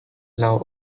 now